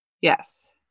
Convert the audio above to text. Yes